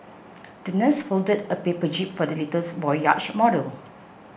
the nurse folded a paper jib for the little boy's yacht model